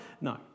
No